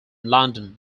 london